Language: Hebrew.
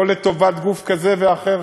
לא לטובת גוף כזה ואחר,